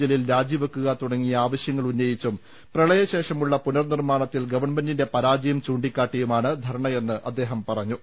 ജലീൽ രാജിവെയ്ക്കുക തുടങ്ങിയ ആവശ്യ ങ്ങൾ ഉന്നയിച്ചും പ്രളയശേഷമുള്ള പുനർനിർമ്മാണത്തിൽ ഗവൺമെന്റിന്റെ പരാ ജയം ചൂണ്ടിക്കാട്ടിയുമാണ് ധർണയെന്ന് അദ്ദേഹം പറഞ്ഞു